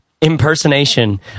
impersonation